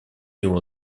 его